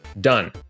done